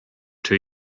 two